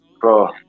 bro